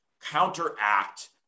counteract